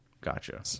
gotcha